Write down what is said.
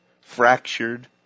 fractured